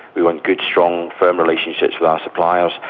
we want good, strong, firm relationships with our suppliers,